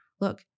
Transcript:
look